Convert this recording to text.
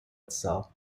itself